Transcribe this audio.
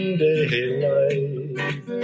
daylight